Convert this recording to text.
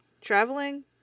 traveling